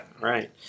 Right